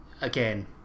again